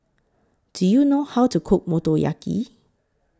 Do YOU know How to Cook Motoyaki